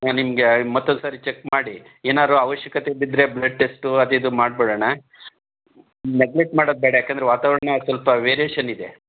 ಹಾಂ ನಿಮಗೆ ಮತ್ತೊಂದ್ಸರಿ ಚೆಕ್ ಮಾಡಿ ಏನಾದ್ರು ಅವಶ್ಯಕತೆ ಬಿದ್ದರೆ ಬ್ಲಡ್ ಟೆಸ್ಟು ಅದಿದು ಮಾಡಿಬಿಡೋಣ ನೆಗ್ಲೆಕ್ಟ್ ಮಾಡೋದು ಬೇಡ ಯಾಕಂದರೆ ವಾತಾವರಣ ಸ್ವಲ್ಪ ವೇರಿಯೇಷನಿದೆ